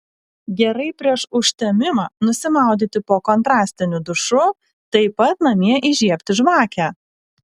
gerai prieš užtemimą nusimaudyti po kontrastiniu dušu taip pat namie įžiebti žvakę